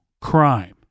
crime